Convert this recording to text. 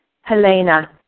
Helena